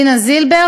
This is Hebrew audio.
דינה זילבר,